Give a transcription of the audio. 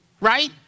right